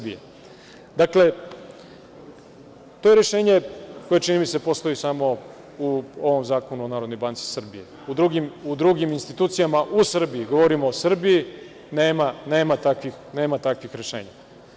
Dakle, to rešenje koje, čini mi se postoji samo u ovom Zakonu o NBS, u drugim institucijama u Srbiji, govorim o Srbiji, nema takvih rešenja.